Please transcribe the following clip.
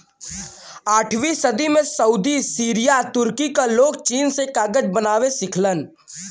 आठवीं सदी में सऊदी सीरिया तुर्की क लोग चीन से कागज बनावे सिखलन